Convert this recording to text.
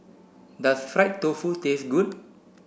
does fried tofu taste good